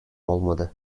olmadı